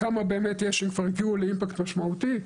כמה באמת יש שכבר הגיעו לאימפקט משמעותי.